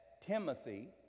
Timothy